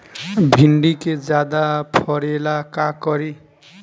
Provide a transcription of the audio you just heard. भिंडी के ज्यादा फरेला का करी?